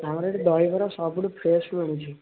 ଆମର ଏଠି ଦହିବରା ସବୁଠୁ ଫ୍ରେସ୍ ମିଳୁଛି